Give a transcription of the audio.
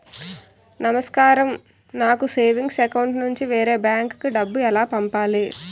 నమస్కారం నాకు savings account నుంచి వేరే బ్యాంక్ కి డబ్బు ఎలా పంపాలి?